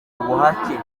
ubuhake